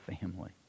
family